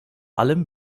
allem